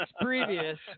previous